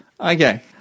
Okay